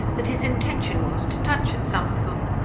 that his intention was to touch at some of them.